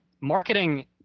marketing